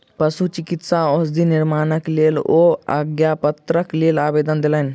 पशुचिकित्सा औषधि निर्माणक लेल ओ आज्ञापत्रक लेल आवेदन देलैन